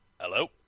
Hello